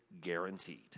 guaranteed